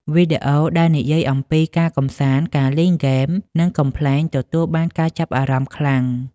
វីដេអូដែលនិយាយអំពីការកម្សាន្ត ការលេងហ្គេម និងកំប្លែងទទួលបានការចាប់អារម្មណ៍ខ្លាំង។